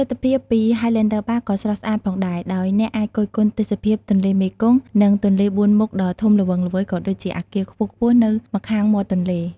ទិដ្ឋភាពពី ហាយឡែនឌឺ បារ (Highlander Bar) ក៏ស្រស់ស្អាតផងដែរ ដោយអ្នកអាចគយគន់ទេសភាពទន្លេមេគង្គ និងទន្លេបួនមុខដ៏ធំល្វឹងល្វើយ ក៏ដូចជាអគារខ្ពស់ៗនៅម្ខាងមាត់ទន្លេ។